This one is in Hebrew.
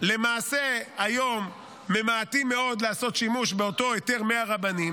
למעשה היום ממעטים מאוד לעשות שימוש באותו היתר מהרבנים.